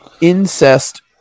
incest